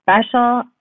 special